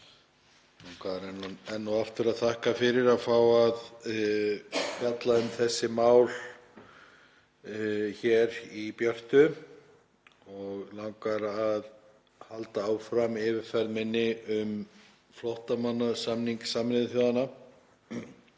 Enn og aftur vil ég þakka fyrir að fá að fjalla um þessi mál hér í björtu. Mig langar að halda áfram yfirferð minni um flóttamannasamning Sameinuðu þjóðanna